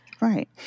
Right